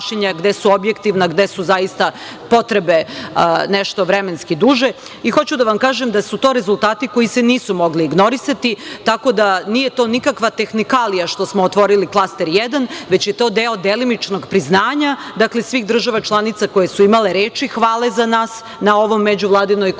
gde su objektivna, gde su zaista potrebe nešto vremenski duže i hoću da vam kažem da su to rezultati koji se nisu mogli ignorisati, tako da nije to nikakva tehnikalija što smo otvorili klaster jedan, već je to deo delimičnog priznanja svih država članica koje su imale reči hvale za nas na ovoj međuvladinoj konferenciji.